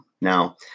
now